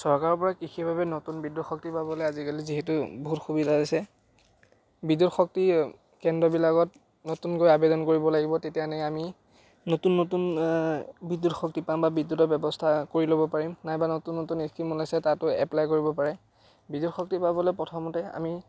চৰকাৰৰ পৰা কৃষিৰ বাবে নতুন বিদ্যুৎ শক্তি পাবলৈ আজিকালি যিহেতু বহুত সুবিধা দিছে বিদ্যুৎ শক্তিৰ কেন্দ্ৰবিলাকত নতুনকৈ আবেদন কৰিব লাগিব তেতিয়া আমি নতুন নতুন বিদ্যুৎ শক্তি পাম বা বিদ্যুতৰ ব্যৱস্থা কৰি ল'ব পাৰিম নাইবা নতুন নতুন স্কীম ওলাইছে তাতো এপ্পলাই কৰিব পাৰে বিদ্যুৎ শক্তি পাবলৈ প্ৰথমতে আমি